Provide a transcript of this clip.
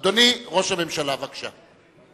אדוני ראש הממשלה, בבקשה.